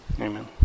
Amen